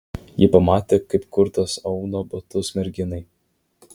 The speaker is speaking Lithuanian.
ji pamatė kaip kurtas auna batus merginai